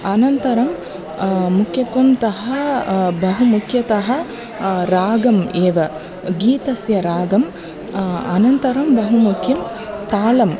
अनन्तरं मुख्यत्वंतः बहु मुख्यतः रागम् एव गीतस्य रागम् अनन्तरं बहुमुख्यं तालम्